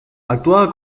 actuaba